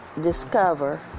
discover